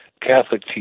Catholic